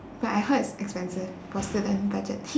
but I heard it's expensive for student budget